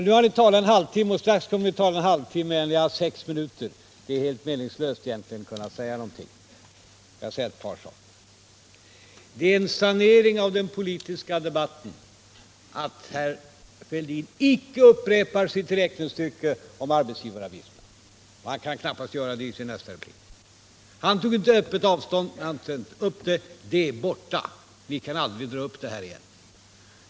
Ni har talat en halvtimme vardera och kommer väl att tala ytterligare en halvtimme, medan jag har sex minuter på mig för replik. Det är inte möjligt att hinna säga så mycket på den tiden. Det är en sanering av den politiska debatten att herr Fälldin icke upprepar sitt räknestycke om arbetsgivaravgifterna, och han kan knappast heller göra det i sin nästa replik. Han tog inte avstånd från det, han tog inte ens upp det och därför är det borta.